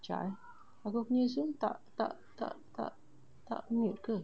jap eh aku punya sini tak tak tak tak tak mute ke